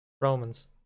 Romans